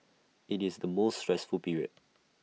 IT is the most stressful period